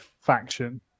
faction